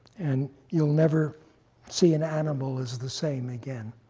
and you'll never see an animal as the same again,